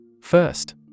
First